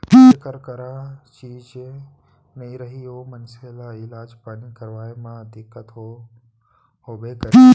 जेकर करा चीजे नइ रही ओ मनसे ल इलाज पानी करवाय म दिक्कत तो होबे करही